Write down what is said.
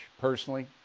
personally